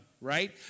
right